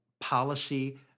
policy